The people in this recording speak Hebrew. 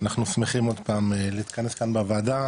אנחנו שמחים עוד פעם להתכנס כאן בוועדה,